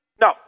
No